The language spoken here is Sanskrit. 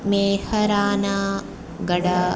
मेहरानागड